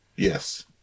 Yes